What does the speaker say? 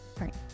right